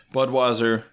Budweiser